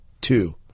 two